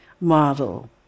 model